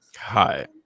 hi